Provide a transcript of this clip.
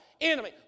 enemy